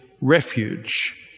refuge